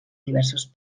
diversos